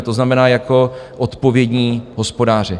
To znamená, jako odpovědní hospodáři.